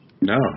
No